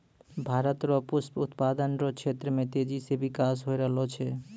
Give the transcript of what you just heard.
भारत रो पुष्प उत्पादन रो क्षेत्र मे तेजी से बिकास होय रहलो छै